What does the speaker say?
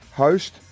host